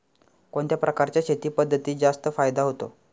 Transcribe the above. कोणत्या प्रकारच्या शेती पद्धतीत जास्त फायदा होतो?